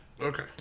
Okay